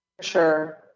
Sure